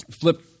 flip